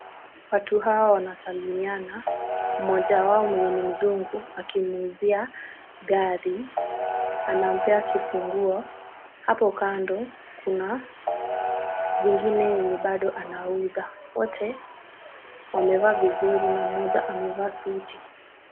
Watu hawa wanasalimiana, mmoja wao mwenye ni mzungu akimuuzia gari, anampea kifunguo. Hapo kando kuna zingine yenye bado anauza. Wote wamevaa vizuri na mmoja amevaa suti.